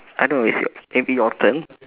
I know it's your it'll be your turn